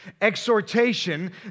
exhortation